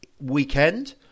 weekend